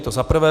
To za prvé.